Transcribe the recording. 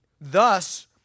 Thus